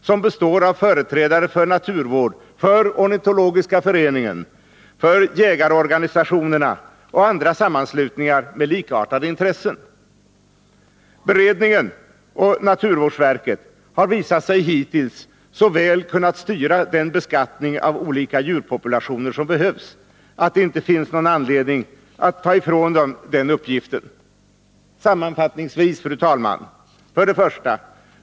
Den består av företrädare för naturvård, Sveriges ornitologiska förening, jägarorganisationerna och andra sammanslutningar med likaratde intressen. Beredningen och naturvårdsverket har hittills visat sig så väl kunna styra den beskattning av olika djurpopulationer som behövs, att det inte finns någon anledning att ta ifrån beredningen den uppgiften. Sammanfattningsvis, fru talman: 1.